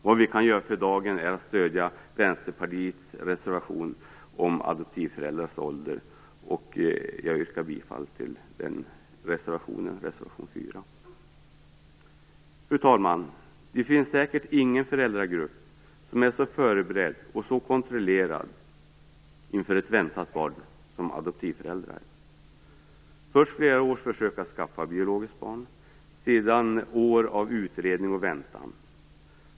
Det vi kan göra för dagen är att stödja Vänsterpartiets reservation om adoptivföräldrars ålder. Jag yrkar bifall till reservation 4. Fru talman! Det finns säkert ingen föräldragrupp som är så förberedd och så kontrollerad inför ett väntat barn som adoptivföräldrar. Först har det försökt att skaffa ett biologiskt barn i flera år. Sedan har det varit år av utredning och väntan.